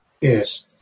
Yes